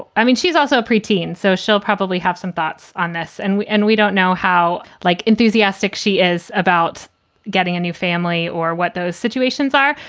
i mean, she's also a pre-teen, so she'll probably have some thoughts on this. and we end. we don't know how, like, enthusiastic she is about getting a new family or what those situations are.